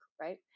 right